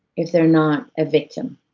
if they're not a victim.